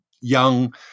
young